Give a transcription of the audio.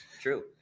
True